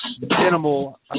Minimal